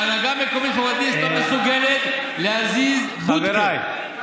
ההנהגה המקומית בפוריידיס לא מסוגלת להזיז בוטקה.